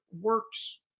works